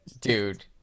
Dude